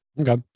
Okay